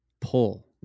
pull